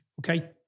okay